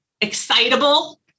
excitable